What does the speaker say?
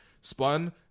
spun